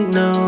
no